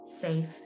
safe